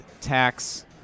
tax